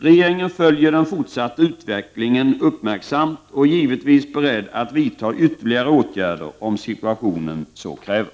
Regeringen följer den fortsatta utvecklingen uppmärksamt och är givetvis beredd att vidta ytterligare åtgärder om situationen så kräver.